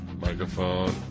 microphone